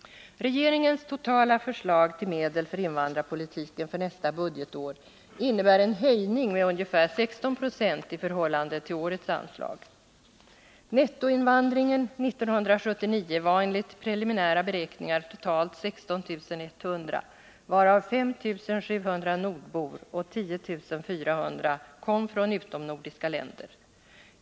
Regeringens totala förslag till medel för invandrarpolitiken för nästa budgetår innebär en höjning med ungefär 16 96 i förhållande till årets anslag. Nettoinvandringen 1979 var enligt preliminära beräkningar totalt 16 100, varav 5700 var nordbor och 10400 kom från utomnordiska länder.